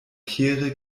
kehre